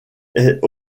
est